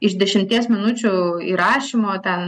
iš dešimties minučių įrašymo ten